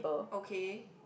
okay